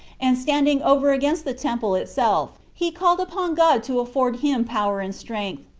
and standing over against the temple itself, he called upon god to afford him power and strength,